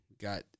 got